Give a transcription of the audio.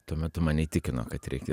tuo metu mane įtikino kad reikia